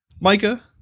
Micah